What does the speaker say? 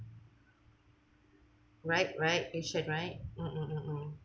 right right passion right mm mm mm mm